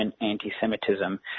anti-Semitism